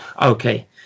okay